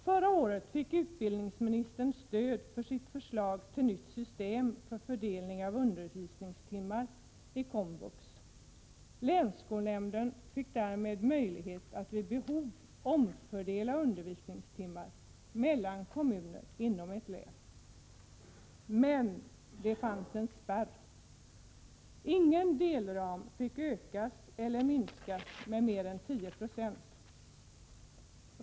Förra året fick utbildningsministern stöd för sitt förslag till nytt system för fördelning av undervisningstimmar i komvux. Länsskolnämnden fick därmed möjlighet att vid behov omfördela undervisningstimmar mellan kommuner inom ett län. Men det fanns en spärr: ingen delram fick ökas eller minskas med mer än 10 26.